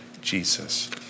Jesus